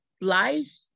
life